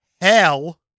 Hell